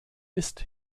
ist